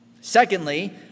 Secondly